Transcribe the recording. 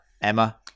Emma